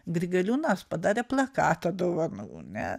grigaliūnas padarė plakatą dovanų ne